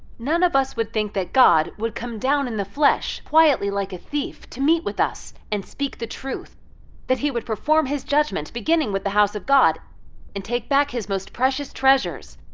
none of us would think that god would come down in the flesh quietly like a thief to meet with us, and speak the truth that he would perform his judgment beginning with the house of god and take back his most precious treasures.